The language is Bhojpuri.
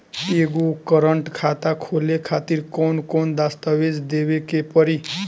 एगो करेंट खाता खोले खातिर कौन कौन दस्तावेज़ देवे के पड़ी?